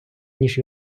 ніж